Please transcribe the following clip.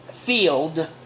Field